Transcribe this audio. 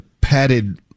padded